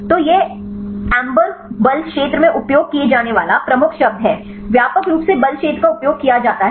तो यह एम्बर बल क्षेत्र में उपयोग किया जाने वाला प्रमुख शब्द है व्यापक रूप से बल क्षेत्र का उपयोग किया जाता है